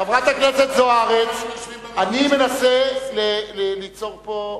חברת הכנסת זוארץ, אני מנסה ליצור פה,